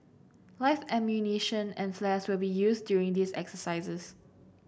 live ammunition and flares will be used during these exercises